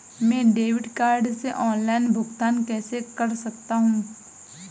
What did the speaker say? मैं debit card से online भुगतान कैसे कर सकता हूँ?